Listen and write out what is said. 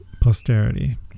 posterity